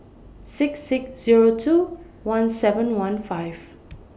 six six Zero two one seven one five